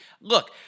Look